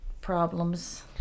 problems